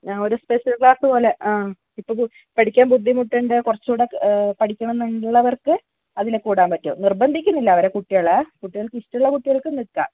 ആ ഒരു special class പോലെ ആ ഇപ്പോൾ പഠിക്കാൻ ബുദ്ധിമുട്ടുണ്ട് കുറച്ചൂടെ പഠിക്കണന്ന് ഉള്ളവർക്ക് അതിൽ കൂടാൻ പറ്റും നിർബന്ധിക്കുന്നില്ല അവരെ കുട്ടികളെ കുട്ടികൾക്ക് ഇഷ്ടമുള്ള കുട്ടികൾക്ക് നിൽക്കാം